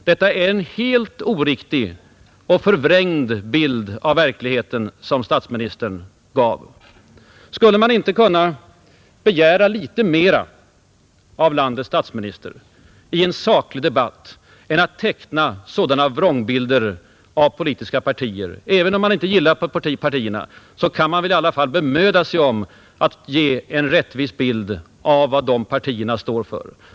Det var en helt oriktig och förvrängd bild av verkligheten som statsministern gav. Skulle man inte kunna begära litet mer av landets statsminister i en saklig debatt än att teckna sådana vrångbilder av politiska partier? Även om man inte gillar andras partier kan man väl i alla fall bemöda sig om att ge en rättvis bild av vad de står för.